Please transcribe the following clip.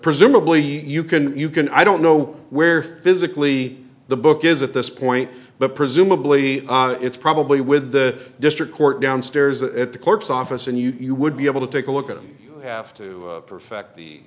presumably you can you can i don't know where physically the book is at this point but presumably it's probably with the district court downstairs at the clerk's office and you would be able to take a look at them have to perfect the